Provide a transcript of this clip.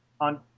on